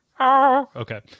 Okay